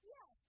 Yes